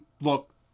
look